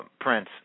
prince